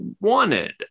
wanted